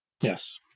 Yes